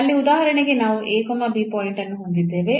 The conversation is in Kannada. ಇಲ್ಲಿ ಉದಾಹರಣೆಗೆ ನಾವು ಈ ಪಾಯಿಂಟ್ ಅನ್ನು ಹೊಂದಿದ್ದೇವೆ